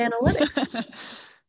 analytics